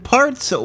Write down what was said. Parts